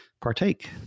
partake